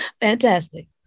Fantastic